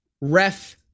ref